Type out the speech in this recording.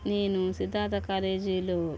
నేను సిద్దార్థ కాలేజీలో